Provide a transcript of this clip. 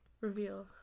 reveal